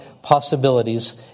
possibilities